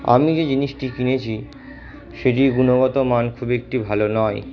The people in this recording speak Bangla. আমি যে জিনিসটি কিনেছি সেটির গুণগত মান খুব একটি ভালো নয়